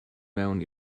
mewn